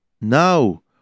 Now